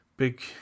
big